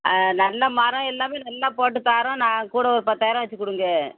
ஆ நல்ல மரம் எல்லாம் நல்லா போட்டுத் தாறோம் கூட ஒரு பத்தாயிரம் வச்சுக் கொடுங்க